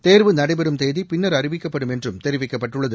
தேர்வு நடைபெறும் தேதி பின்னர் அறிவிக்கப்படும் என்றும் தெரிவிக்கப்பட்டுள்ளது